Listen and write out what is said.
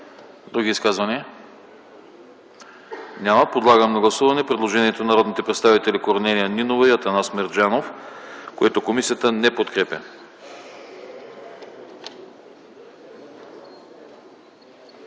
Изказвания? Няма. Подлагам на гласуване предложението на народните представители Корнелия Нинова и Атанас Мерджанов, което не се подкрепя